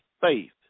faith